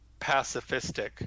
pacifistic